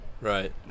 Right